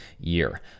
year